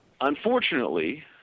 Unfortunately